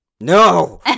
No